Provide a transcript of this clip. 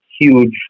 huge